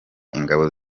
ingabo